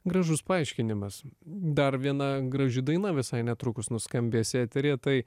gražus paaiškinimas dar viena graži daina visai netrukus nuskambės eteryje tai